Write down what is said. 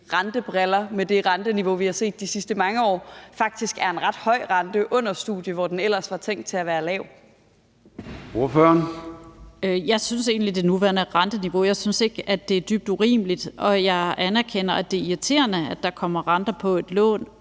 rentebriller med det renteniveau, vi har set de sidste mange år, faktisk er en ret høj rente under studiet, hvor den ellers var tænkt til at være lav? Kl. 19:45 Formanden (Søren Gade): Ordføreren. Kl. 19:45 Karin Liltorp (M): Jeg synes egentlig ikke, det nuværende renteniveau er dybt urimeligt. Jeg anerkender, at det er irriterende, at der kommer renter på et lån,